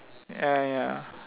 ya ya ya